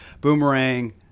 Boomerang